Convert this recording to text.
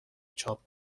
چاپ